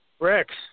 Rex